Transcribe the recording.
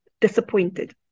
disappointed